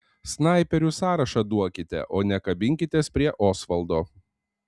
snaiperių sąrašą duokite o ne kabinkitės prie osvaldo